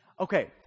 Okay